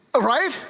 right